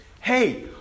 hey